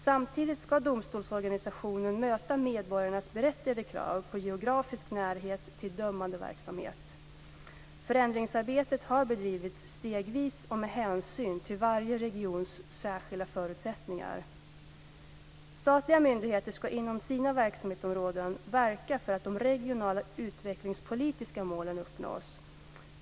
Samtidigt ska domstolsorganisationen möta medborgarnas berättigade krav på geografisk närhet till dömande verksamhet. Förändringsarbetet har bedrivits stegvis och med hänsyn till varje regions särskilda förutsättningar. Statliga myndigheter ska inom sina verksamhetsområden verka för att de regionala utvecklingspolitiska målen uppnås.